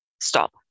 stop